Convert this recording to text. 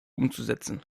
umzusetzen